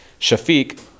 Shafiq